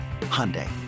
Hyundai